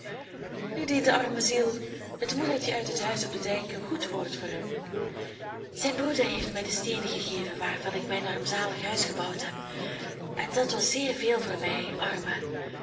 nu deed de arme ziel het moedertje uit het huis op den dijk een goed woord voor hem zijn broeder heeft mij de steenen gegeven waarvan ik mijn armzalig huis gebouwd heb en dat was zeer veel voor mij arme